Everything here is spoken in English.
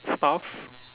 stuff